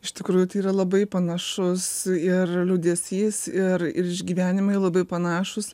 iš tikrųjų tai yra labai panašus ir liūdesys ir ir išgyvenimai labai panašūs